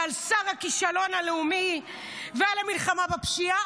על שר הכישלון הלאומי ועל המלחמה בפשיעה,